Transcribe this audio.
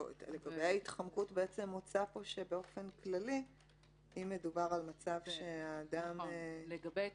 לגבי ההתחמקות הוצע פה שבאופן כללי אם מדובר על מצב שאדם -- לא הבנתי.